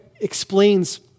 explains